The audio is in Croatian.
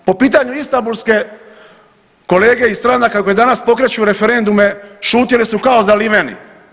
Po pitanju Istambulske kolege iz stranaka koje danas pokreću referendume šutjeli su ko zaliveni.